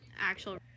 actual